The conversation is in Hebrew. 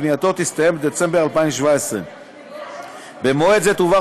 ובנייתו תסתיים בדצמבר 2017. במועד זה תועבר